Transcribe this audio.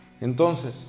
Entonces